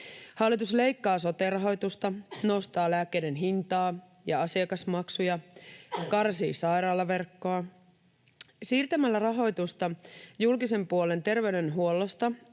Hallitus leikkaa sote-rahoitusta, nostaa lääkkeiden hintaa ja asiakasmaksuja, karsii sairaalaverkkoa. Siirtämällä rahoitusta julkisen puolen terveydenhuollosta